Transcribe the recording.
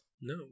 No